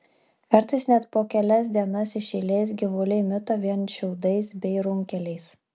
kartais net po kelias dienas iš eilės gyvuliai mito vien šiaudais bei runkeliais